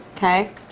okay?